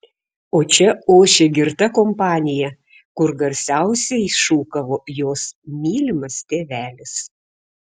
o čia ošė girta kompanija kur garsiausiai šūkavo jos mylimas tėvelis